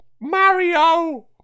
mario